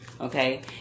okay